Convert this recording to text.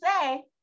say